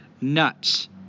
nuts